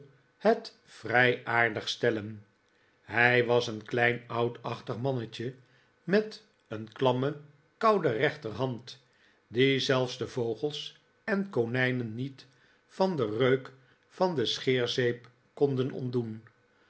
het vrij aardig stellen hij was een klein oudachtig mannetje met een klamme koude rechterhand die zelfs de vogels en konijnen niet van den reuk van de scheerzeep konden ontdoen